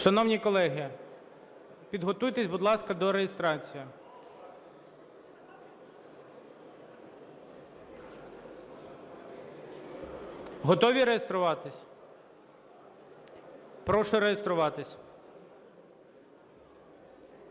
Шановні колеги, підготуйтесь, будь ласка, до реєстрації. Готові реєструватись? Прошу реєструватись.